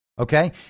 Okay